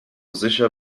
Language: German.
sicher